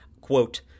quote